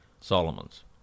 Solomon's